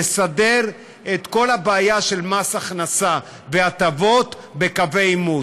נסדר את כל הבעיה של מס הכנסה והטבות בקווי עימות,